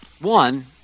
One